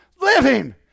Living